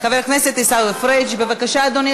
חבר הכנסת עיסאווי פריג' בבקשה, אדוני.